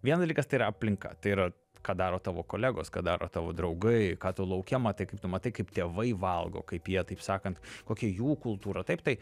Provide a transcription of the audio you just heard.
vienas dalykas tai yra aplinka tai yra ką daro tavo kolegos ką daro tavo draugai ką tu lauke matai kaip tu matai kaip tėvai valgo kaip jie taip sakant kokia jų kultūra taip tai